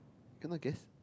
cannot guess